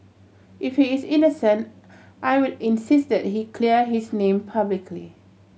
if he is innocent I will insist that he clear his name publicly